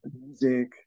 music